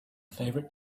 favorite